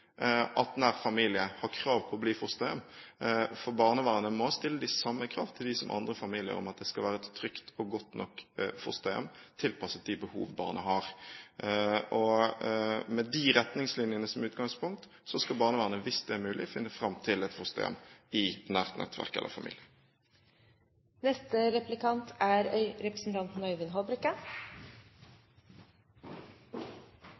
at nær familie har krav på å bli fosterhjem, for barnevernet må stille de samme krav til dem som til andre familier om at fosterhjemmet skal være trygt og godt nok, tilpasset de behov barnet har. Med de retningslinjene som utgangspunkt skal barnevernet, hvis det er mulig, finne fram til et fosterhjem som er i nært nettverk eller